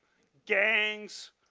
gangs,